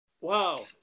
Wow